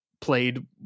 played